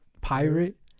Pirate